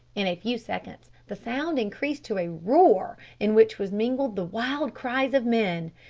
in a few seconds the sound increased to a roar in which was mingled the wild cries of men.